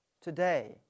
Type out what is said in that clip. today